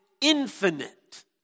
infinite